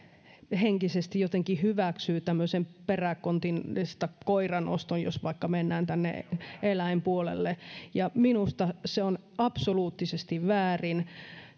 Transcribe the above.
henkisesti jotenkin hyväksyy tämmöisen peräkontista koiran oston jos vaikka mennään tänne eläinpuolelle ja minusta se on absoluuttisesti väärin